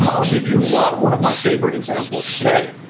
um i'll give you one one of my favourite examples today.